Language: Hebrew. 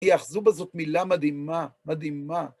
יאחזו בה זאת מילה מדהימה, מדהימה.